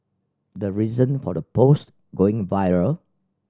the reason for the post going viral